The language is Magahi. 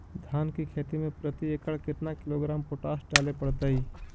धान की खेती में प्रति एकड़ केतना किलोग्राम पोटास डाले पड़तई?